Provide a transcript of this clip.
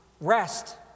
rest